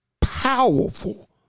powerful